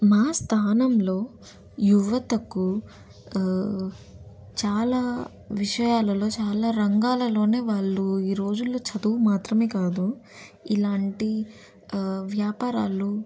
మా స్థానంలో యువతకు చాలా విషయాలలో చాలా రంగాలలోనే వాళ్ళు ఈ రోజుల్లో చదువు మాత్రమే కాదు ఇలాంటి వ్యాపారాలు